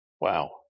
Wow